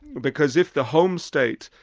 because if the home state,